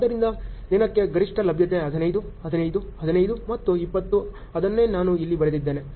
ಆದ್ದರಿಂದ ದಿನಕ್ಕೆ ಗರಿಷ್ಠ ಲಭ್ಯತೆ 15 15 15 ಮತ್ತು 20 ಅದನ್ನೇ ನಾನು ಇಲ್ಲಿ ಬರೆದಿದ್ದೇನೆ